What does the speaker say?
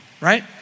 right